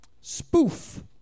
spoof